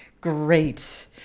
Great